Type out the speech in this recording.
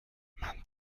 man